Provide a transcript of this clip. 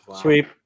Sweep